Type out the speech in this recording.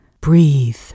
Breathe